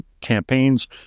campaigns